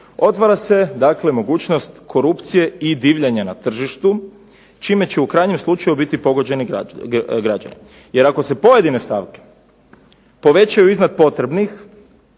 otvara se dakle mogućnost korupcije i divljanja na tržištu čime će u krajnjem slučaju biti pogođeni građani. Jer ako se pojedine stavke povećaju iznad potrebnih